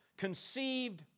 conceived